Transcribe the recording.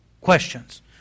questions